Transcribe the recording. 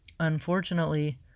Unfortunately